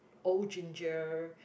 old ginger